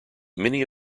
many